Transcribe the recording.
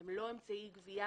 הם לא אמצעי גבייה.